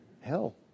hell